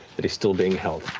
but he's still being held.